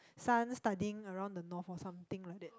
son studying around the North or something like that